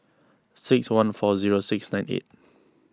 six one four zero six nine eight